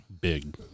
Big